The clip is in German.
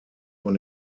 von